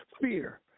fear